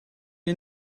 you